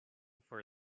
for